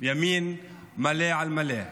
ימין מלא על מלא.